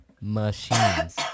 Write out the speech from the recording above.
machines